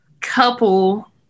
couple